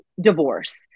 divorce